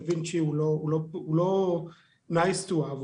דה וינצ’י הוא לא Nice to have,